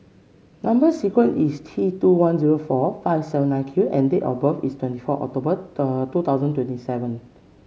number sequence is T two one zero four five seven nine Q and date of birth is twenty four October two thousand twenty seven